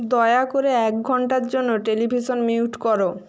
দয়া করে এক ঘণ্টার জন্য টেলিভিশন মিউট করো